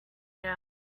now